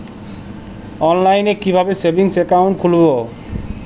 অনলাইনে কিভাবে savings account খুলবো?